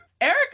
Eric